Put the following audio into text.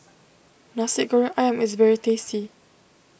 Nasi Goreng Ayam is very tasty